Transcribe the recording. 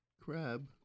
crab